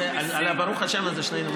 על ה"ברוך השם" הזה שנינו מסכימים.